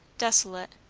desolate,